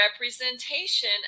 representation